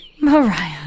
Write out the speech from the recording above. Mariah